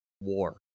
war